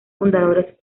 fundadores